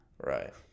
Right